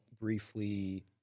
briefly